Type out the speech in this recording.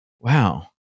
wow